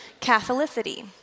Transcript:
Catholicity